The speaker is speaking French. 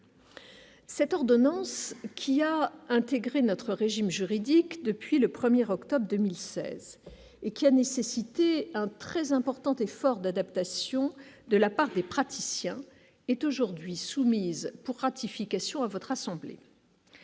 Cette ordonnance, qui a intégré notre régime juridique depuis le 1er octobre 2016 et qui a nécessité un très important effort d'adaptation de la part des praticiens est aujourd'hui soumise pour ratification à votre assemblée.